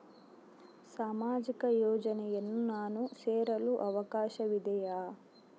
ಸಾಮಾಜಿಕ ಯೋಜನೆಯನ್ನು ನಾನು ಸೇರಲು ಅವಕಾಶವಿದೆಯಾ?